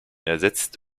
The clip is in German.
ersetzt